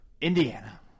Indiana